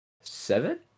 seven